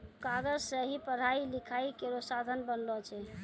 कागज सें ही पढ़ाई लिखाई केरो साधन बनलो छै